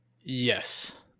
Yes